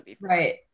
right